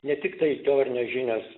ne tiktai teorinės žinios